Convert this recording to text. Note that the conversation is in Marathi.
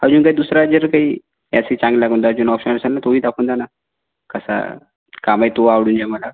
अजून काय दुसरा ह्याचं काही ऐसी चांगला म्हणलं अजून ऑप्शन असेल ना तोही दाखवून द्या ना कसा का माहीत तो आवडून जाईल मला